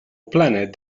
planet